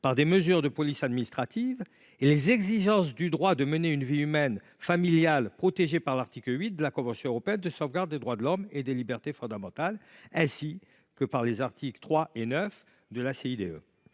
par des mesures de police administrative et le droit à mener une vie familiale, protégé par l’article 8 de la convention européenne de sauvegarde des droits de l’homme et des libertés fondamentales et les articles 3 et 9 de la CIDE.